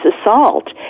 assault